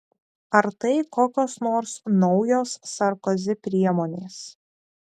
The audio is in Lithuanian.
ar tai kokios nors naujos sarkozi priemonės